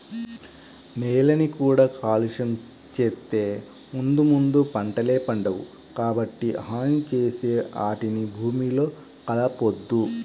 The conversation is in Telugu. నేలని కూడా కాలుష్యం చేత్తే ముందు ముందు పంటలే పండవు, కాబట్టి హాని చేసే ఆటిని భూమిలో కలపొద్దు